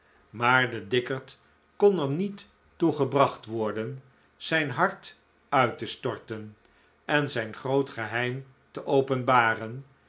maar de dikkerd kon er niet toe gebracht worden zijn hart uit te storten en zijn groot geheim te openbaren